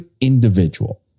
individual